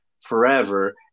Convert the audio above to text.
forever